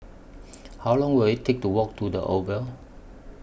How Long Will IT Take to Walk to The Oval